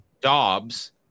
Dobbs